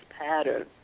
pattern